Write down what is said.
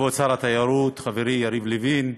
כבוד שר התיירות חברי יריב לוין,